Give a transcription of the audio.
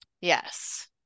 Yes